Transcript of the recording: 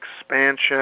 expansion